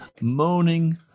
moaning